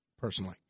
personally